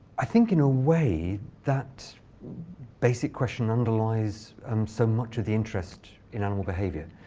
i think, in a way, that basic question underlies um so much of the interest in animal behavior.